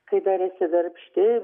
kai dar esi darbšti